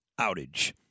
outage